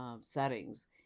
settings